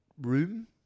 room